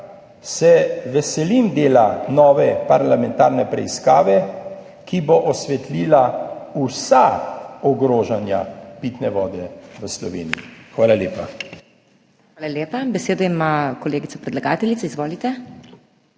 se veselim dela nove parlamentarne preiskave, ki bo osvetlila vsa ogrožanja pitne vode v Sloveniji. Hvala lepa. PODPREDSEDNICA MAG. MEIRA HOT: Hvala lepa. Besedo ima kolegica predlagateljica. Izvolite.